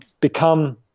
become